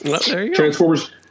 transformers